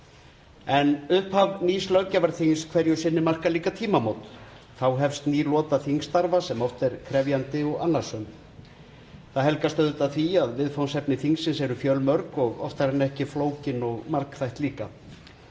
En upphaf nýs löggjafarþings hverju sinni markar líka tímamót. Þá hefst ný lota þingstarfa sem oft er krefjandi og annasöm. Það helgast auðvitað af því að viðfangsefni þingsins eru fjölmörg og oftar en ekki flókin og margþætt líka.